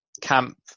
camp